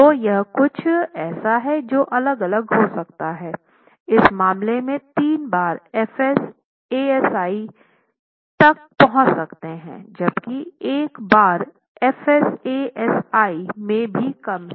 तो यह कुछ ऐसा है जो अलग अलग हो सकता है इस मामले में तीन बार fs Asi तक पहुंच सकता है जबकि एक बार fs Asi से भी कम है